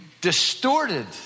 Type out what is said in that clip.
distorted